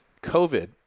COVID